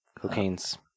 Cocaine's